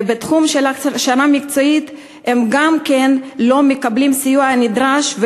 בתחום של ההכשרה המקצועית הם גם כן לא מקבלים את הסיוע הנדרש,